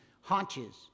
haunches